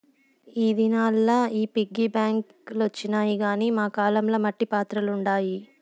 ఈ దినాల్ల ఈ పిగ్గీ బాంక్ లొచ్చినాయి గానీ మా కాలం ల మట్టి పాత్రలుండాయి